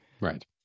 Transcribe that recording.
Right